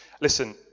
Listen